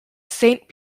saint